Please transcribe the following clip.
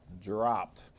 dropped